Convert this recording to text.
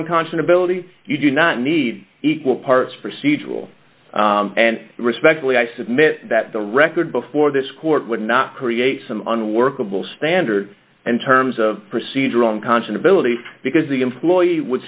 unconscionably you do not need equal parts procedural and respectfully i submit that the record before this court would not create some unworkable standard and terms of procedure unconscionably because the employee would